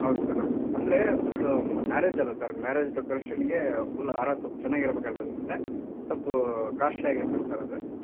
ಹೌದು ಸರ್ ಹೌದು ಅಂದರೆ ಫುಲ್ಲು ಮ್ಯಾರೇಜ್ ಅಲ್ವಾ ಸರ್ ಮ್ಯಾರೇಜ್ ಡೆಕೋರೇಷನ್ಗೆ ಫುಲ್ ಹಾರ ಸ್ವಲ್ಪ್ ಚೆನ್ನಾಗಿರ್ಬೇಕಾಗತ್ತೆ ಸೊಲ್ಪ ಕಾಸ್ಟ್ಲಿ ಆಗಿರ್ತೈತೆ ಸರ್ ಅದು